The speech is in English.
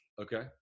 Okay